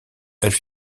elle